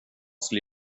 skulle